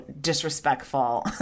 disrespectful